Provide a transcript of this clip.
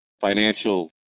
financial